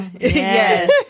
yes